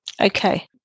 okay